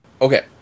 Okay